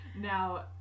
Now